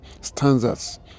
stanzas